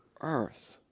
earth